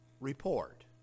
Report